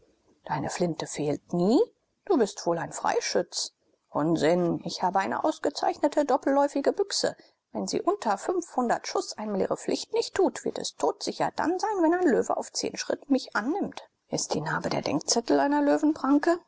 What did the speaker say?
deine flinte fehlt nie du bist wohl ein freischütz unsinn ich habe eine ausgezeichnete doppelläufige büchse wenn sie unter fünfhundert schuß einen ihre pflicht nicht tut wird es totsicher dann sein wenn ein löwe auf zehn schritt mich annimmt ist die narbe der denkzettel einer